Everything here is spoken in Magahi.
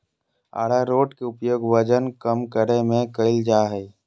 आरारोट के उपयोग वजन कम करय में कइल जा हइ